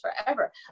forever